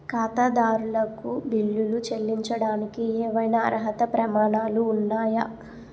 ఖాతాదారులకు బిల్లులు చెల్లించడానికి ఏవైనా అర్హత ప్రమాణాలు ఉన్నాయా?